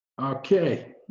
Okay